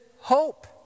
hope